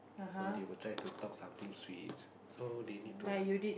so they will try to talk something sweet so they need to